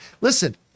Listen